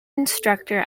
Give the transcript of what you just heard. instructor